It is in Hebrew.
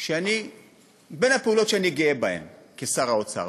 שאני גאה בהן כשר האוצר,